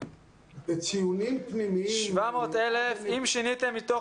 בציונים פנימיים --- אם שיניתם מתוך